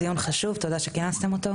שלום לכולם, תודה רבה על כינוס הדיון החשוב הזה.